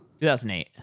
2008